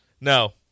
No